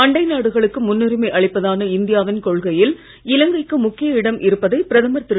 அண்டை நாடுகளுக்கு முன்னுரிமை அளிப்பதான இந்தியாவின் கொள்கையில் இலங்கைக்கு முக்கிய இடம் இருப்பதை பிரதமர் திரு